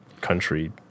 country